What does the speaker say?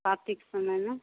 कार्तिक समय में